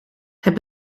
het